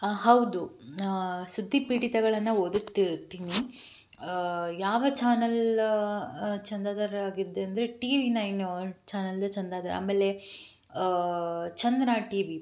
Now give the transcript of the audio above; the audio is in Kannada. ಹಾಂ ಹೌದು ಸುದ್ದಿ ಪೀಡಿತಗಳನ್ನು ಓದುತ್ತಿರುತ್ತೀನಿ ಯಾವ ಚಾನಲ್ ಚಂದಾದಾರರಾಗಿದ್ದೆ ಅಂದರೆ ಟಿವಿ ನೈನವ್ರ ಚಾನಲ್ದು ಚಂದಾದಾರ ಆಮೇಲೆ ಚಂದನಾ ಟಿವಿ